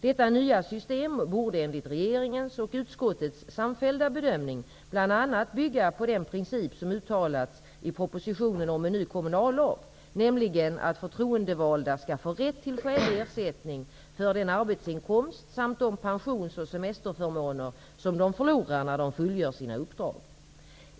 Detta nya system borde enligt regeringens och utskottets samfällda bedömning bl.a. bygga på den princip som uttalats i propositionen om en ny kommunallag, nämligen att förtroendevalda skall få rätt till skälig ersättning för den arbetsinkomst samt de pensions och semesterförmåner som de förlorar när de fullgör sina uppdrag.